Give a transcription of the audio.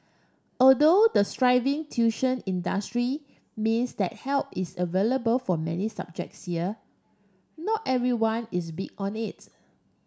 although the thriving tuition industry means that help is available for many subjects here not everyone is big on it